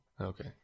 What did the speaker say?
Okay